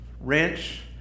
wrench